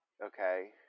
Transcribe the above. Okay